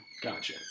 Gotcha